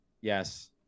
yes